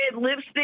lipstick